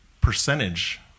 percentage